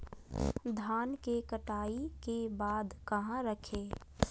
धान के कटाई के बाद कहा रखें?